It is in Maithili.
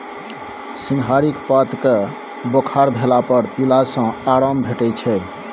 सिंहारिक पात केँ बोखार भेला पर पीला सँ आराम भेटै छै